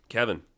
Kevin